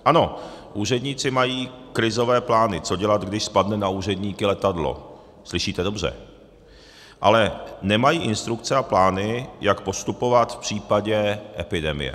Ano, úředníci mají krizové plány, co dělat, když spadne na úředníky letadlo, slyšíte dobře, ale nemají instrukce a plány, jak postupovat v případě epidemie.